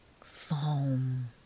foam